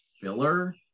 filler